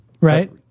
right